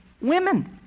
women